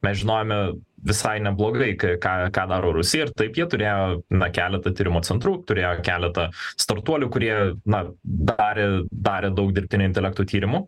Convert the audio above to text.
mes žinojome visai neblogai k ką ką daro rusija ir taip jie turėjo na keleta tyrimo centrų turėjo keleta startuolių kurie na darė darė daug dirbtinio intelekto tyrimų